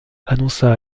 annonça